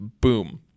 boom